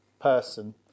person